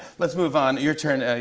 let's move on. your turn. ah